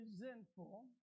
resentful